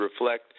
reflect